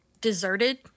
deserted